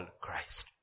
Christ